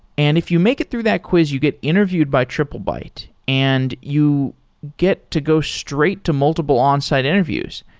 and if you make it through that quiz, you get interviewed by ttriplebyte and you get to go straight to multiple onsite interviews.